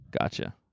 Gotcha